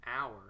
hour